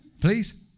Please